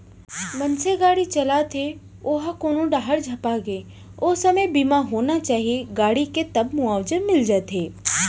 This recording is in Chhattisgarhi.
मनसे गाड़ी चलात हे ओहा कोनो डाहर झपागे ओ समे बीमा होना चाही गाड़ी के तब मुवाजा मिल जाथे